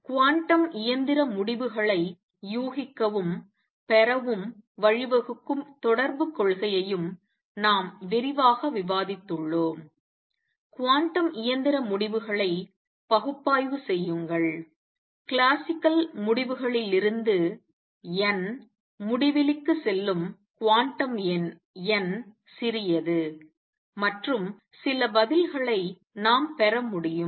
quantum இயந்திர முடிவுகளை யூகிக்கவும் பெறவும் வழிவகுக்கும் தொடர்புக் கொள்கையையும் நாம் விரிவாக விவாதித்துள்ளோம் குவாண்டம் இயந்திர முடிவுகளை பகுப்பாய்வு செய்யுங்கள் கிளாசிக்கல் முடிவுகளிலிருந்து n முடிவிலிக்கு செல்லும் குவாண்டம் எண் n சிறியது மற்றும் சில பதில்களை நாம் பெற முடியும்